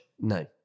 No